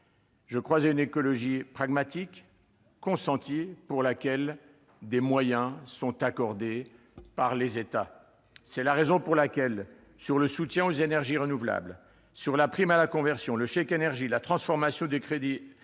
Je crois à une écologie pragmatique, consentie, pour laquelle des moyens sont accordés par les États. Eh oui ! C'est la raison pour laquelle, sur le soutien aux énergies renouvelables, sur la prime à la conversion, sur le chèque énergie ou sur la transformation du crédit